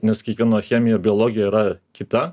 nes kiekvieno chemija biologija yra kita